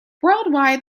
worldwide